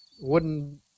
wooden